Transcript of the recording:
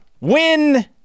win